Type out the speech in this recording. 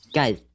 Guys